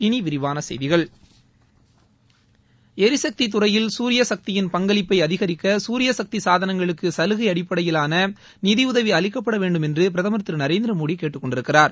இனி விரிவான செய்திகள் ளிசக்தி துறையில் சூரிய சக்தியின் பங்களிப்பை அதிகரிக்க சூரிய சக்தி சாதனங்களுக்கு சலுகை அடிப்படையிலாள நிதியுதவி அளிக்கப்பட வேண்டும் என்று பிரதமர் திரு நரேந்திரமோடி கேட்டுக்கொண்டிருக்கிறார்